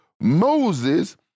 Moses